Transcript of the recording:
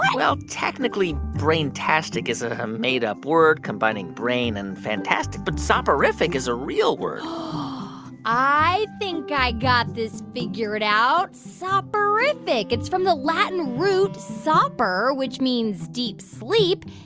well, technically, brain-tastic is a made-up word combining brain and fantastic. but soporific is a real word i think i got this figured out. soporific. it's from the latin root sopor, which means deep sleep.